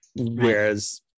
whereas